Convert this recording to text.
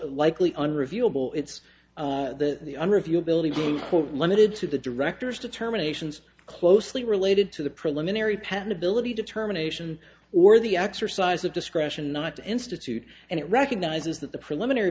unreviewable it's that the under review ability be limited to the director's determinations closely related to the preliminary patentability determination or the exercise of discretion not to institute and it recognizes that the preliminary